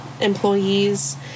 employees